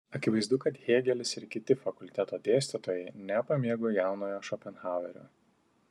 akivaizdu kad hėgelis ir kiti fakulteto dėstytojai nepamėgo jaunojo šopenhauerio